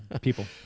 people